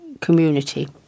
community